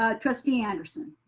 ah trustee anderson.